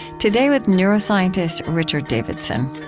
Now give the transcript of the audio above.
today, with neuroscientist richard davidson.